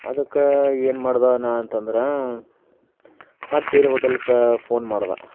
ಅದಕ್ಕೆ ಏನು ಮಾಡ್ಡ ನಾ ಅಂತಂದ್ರೆ ಮತ್ತೆ ಬೇರೆ ಹೋಟೆಲಕ್ಕೆ ಫೋನ್ ಮಾಡ್ದೆ